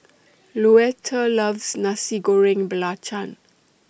Louetta loves Nasi Goreng Belacan